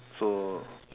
so